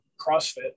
CrossFit